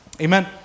Amen